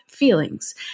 Feelings